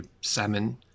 salmon